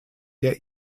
der